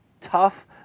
Tough